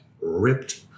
ripped